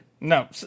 No